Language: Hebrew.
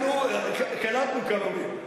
אנחנו קלטנו כמה מהם.